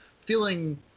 feeling